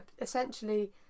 essentially